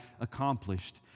accomplished